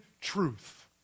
truth